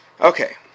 Okay